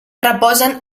reposen